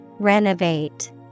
Renovate